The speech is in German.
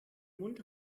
mund